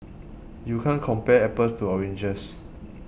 you can't compare apples to oranges